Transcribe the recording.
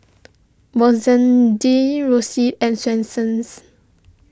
Roxy and Swensens